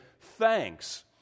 thanks